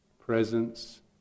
presence